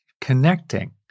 Connecting